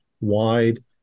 wide